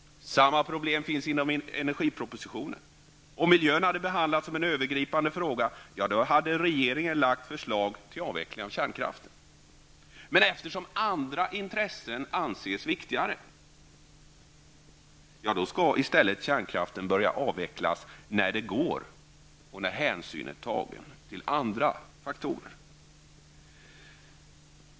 Samma problem fanns i energipropositionen. Om miljön hade behandlats som en övergripande fråga, hade regeringen lagt fram förslag till avveckling av kärnkraft. Men eftersom andra intressen anses viktigare, skall i stället kärnkraften börja avvecklas när det ''går'' med hänsyn tagen till andra faktorer.